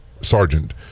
sergeant